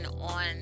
on